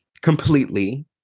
completely